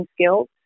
skills